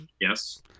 Yes